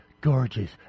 Gorgeous